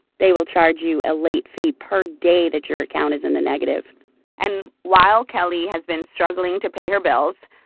they will charge you a late fee per day that your account is in the negative and while kelly has been struggling to pay her bills,